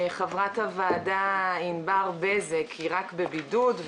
חברת הוועדה ענבר בזק רק בבידוד,